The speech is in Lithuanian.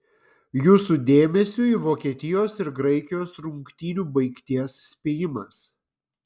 jūsų dėmesiui vokietijos ir graikijos rungtynių baigties spėjimas